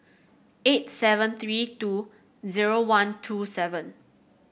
eight seven three two zero one two seven